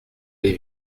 les